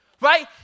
Right